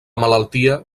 malaltia